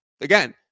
again